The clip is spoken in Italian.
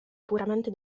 puramente